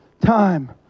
time